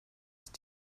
ist